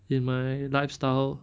in my lifestyle